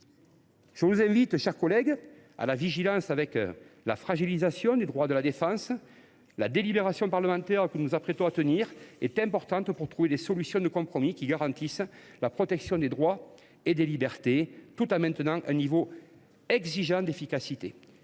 je vous invite à veiller à ne pas fragiliser les droits de la défense. La délibération parlementaire que nous nous apprêtons à avoir est importante pour trouver des solutions de compromis qui garantissent la protection des droits et des libertés tout en maintenant un exigeant niveau d’efficacité.